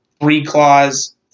three-claws